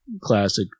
classic